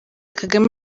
kagame